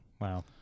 Wow